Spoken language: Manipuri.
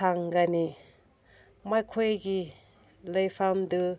ꯊꯝꯒꯅꯤ ꯃꯈꯣꯏꯒꯤ ꯂꯩꯐꯝꯗꯨ